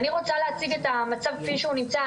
אני רוצה להציג את המצב כמו שהוא נמצא.